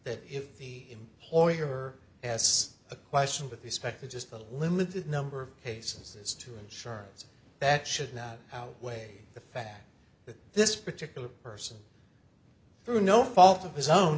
that if the employer has a question with respect to just the limited number of cases to insurance that should not outweigh the fact that this particular person through no fault of his own